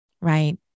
right